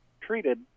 treated